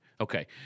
Okay